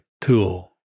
tool